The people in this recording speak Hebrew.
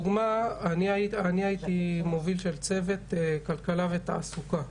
לדוגמה אני הייתי מוביל את צוות כלכלה ותעסוקה.